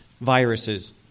viruses